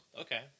Okay